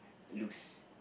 lose